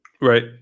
Right